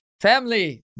family